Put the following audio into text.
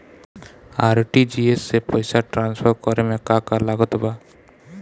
RTGS से पईसा transfer करे मे का का लागत बा?